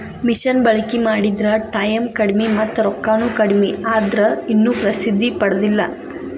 ಮಿಷನ ಬಳಕಿ ಮಾಡಿದ್ರ ಟಾಯಮ್ ಕಡಮಿ ಮತ್ತ ರೊಕ್ಕಾನು ಕಡಮಿ ಆದ್ರ ಇನ್ನು ಪ್ರಸಿದ್ದಿ ಪಡದಿಲ್ಲಾ